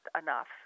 enough